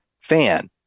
fan